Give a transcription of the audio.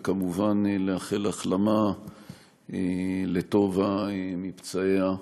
וכמובן לאחל החלמה לטובה מפצעיה.